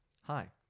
Hi